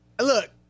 look